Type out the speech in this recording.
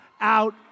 out